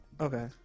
Okay